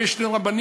אם יש שני רבנים,